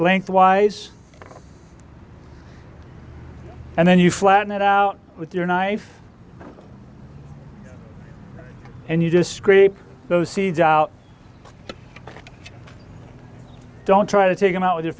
lengthwise and then you flatten it out with your knife and you just scrape those seeds out don't try to take them out with your